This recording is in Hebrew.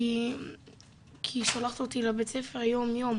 כי היא שולחת אותי לבית ספר יום יום,